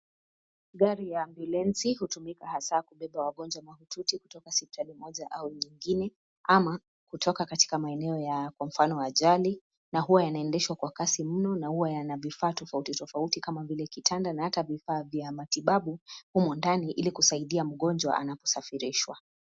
Gari ya ambulensi hutumika hasa kubeba wagonjwa mahututi kutoka hospitali moja au nyingine ama kutoka katika maeneo ya kwa mfano wa ajali na huwa yanaendeshwa kwa kasi mno na huwa yana vifaa tofauti tofauti kama vile kitanda na hata vifaa vya matibabu humo ndani ili kusaidia mgonjwa anaposafirishwa.